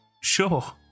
sure